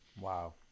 Wow